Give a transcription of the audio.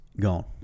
Gone